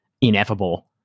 ineffable